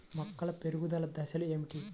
మొక్కల పెరుగుదల దశలు ఏమిటి?